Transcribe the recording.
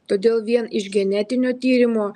todėl vien iš genetinio tyrimo